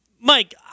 mike